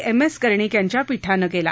M S Karnik यांच्या पीठानं केला